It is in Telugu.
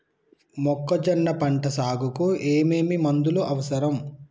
మొక్కజొన్న పంట సాగుకు ఏమేమి మందులు అవసరం?